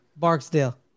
Barksdale